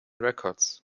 records